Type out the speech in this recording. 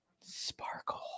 sparkle